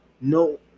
No